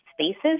spaces